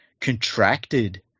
contracted